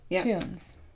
tunes